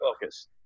focus